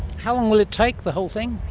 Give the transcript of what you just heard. how long will it take, the whole thing?